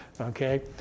Okay